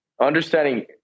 understanding